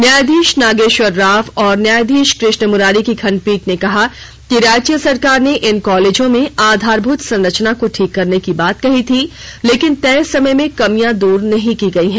न्यायाधीश नागेश्वर राव और न्यायाधीश कृष्ण मुरारी की खंडपीठ ने कहा कि राज्य सरकार ने इन कॉलेजों में आधारभूत संरचना को ठीक करने की बात कही थी लेकिन तय समय में कमियां दूर नहीं की गई है